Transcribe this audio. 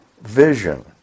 vision